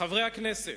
"חברי הכנסת,